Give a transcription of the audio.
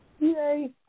Yay